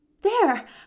There